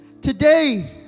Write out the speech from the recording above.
Today